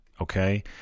Okay